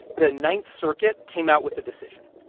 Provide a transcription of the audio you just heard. the ninth circuit came out with a decision.